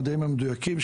המדעים המדויקים,